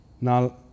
now